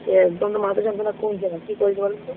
সে একদম তো মাথা যন্ত্রণা কমছে না কি করি বলুন তো